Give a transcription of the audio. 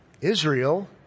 Israel